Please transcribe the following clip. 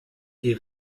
est